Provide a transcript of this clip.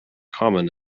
common